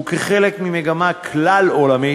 וכחלק ממגמה כלל-עולמית,